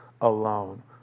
alone